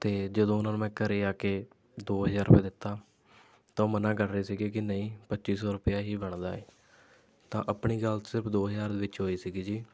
ਅਤੇ ਜਦੋਂ ਉਹਨਾਂ ਨੂੰ ਮੈਂ ਘਰ ਆ ਕੇ ਦੋ ਹਜ਼ਾਰ ਰੁਪਿਆ ਦਿੱਤਾ ਤਾਂ ਉਹ ਮਨਾ ਕਰ ਰਹੇ ਸੀਗੇ ਕਿ ਨਹੀਂ ਪੱਚੀ ਸੌ ਰੁਪਇਆ ਹੀ ਬਣਦਾ ਏ ਤਾਂ ਆਪਣੀ ਗੱਲ ਸਿਰਫ ਦੋ ਹਜ਼ਾਰ ਵਿੱਚ ਹੋਈ ਸੀਗੀ ਜੀ